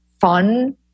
fun